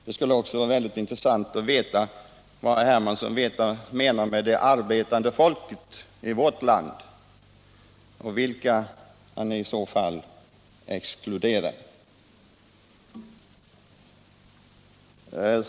Det skulle också vara mycket intressant att veta vad herr Hermansson menar med ”det arbetande folket” i vårt land och vilka han i så fall exkluderar.